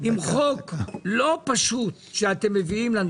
זה לא